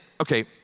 okay